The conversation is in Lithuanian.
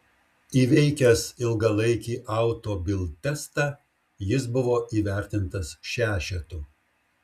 įveikęs ilgalaikį auto bild testą jis buvo įvertintas šešetu